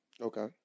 Okay